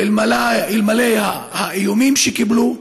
ואלמלא האיומים שקיבלו,